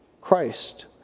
Christ